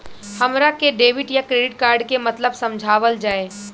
हमरा के डेबिट या क्रेडिट कार्ड के मतलब समझावल जाय?